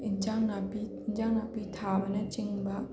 ꯏꯟꯖꯥꯡ ꯅꯥꯄꯤ ꯏꯟꯖꯥꯡ ꯅꯥꯄꯤ ꯊꯥꯕꯅꯆꯤꯡꯕ